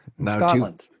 Scotland